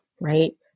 Right